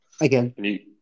Again